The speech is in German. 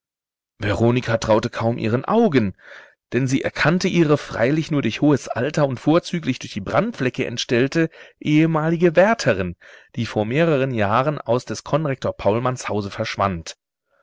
veronika traute kaum ihren augen denn sie erkannte ihre freilich nur durch hohes alter und vorzüglich durch die brandflecke entstellte ehemalige wärterin die vor mehreren jahren aus des konrektor paulmanns hause verschwand